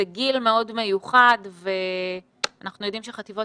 זה גיל מאוד מיוחד ואנחנו יודעים שחטיבות